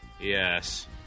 Yes